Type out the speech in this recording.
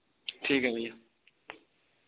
ठीक ऐ भैया